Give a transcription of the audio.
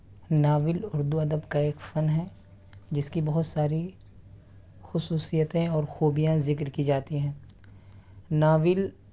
novel Urdu ادب کا ایک فن ہے جس کی بہت ساری خصوصیتیں اور خوبیاں ذکر کی جاتی ہیں ناول